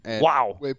Wow